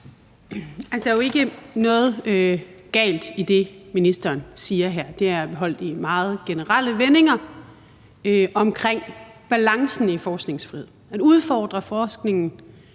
der er jo ikke noget galt i det, ministeren siger her – det er holdt i meget generelle vendinger – omkring balancen i forskningsfrihed. Man udfordrer forskningen